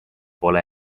pole